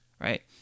right